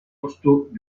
costaud